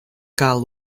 cal